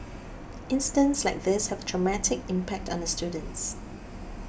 incidents like these have a traumatic impact on the students